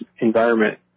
environment